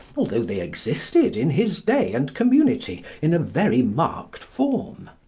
although they existed in his day and community in a very marked form.